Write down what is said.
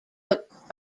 took